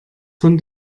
von